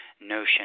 notion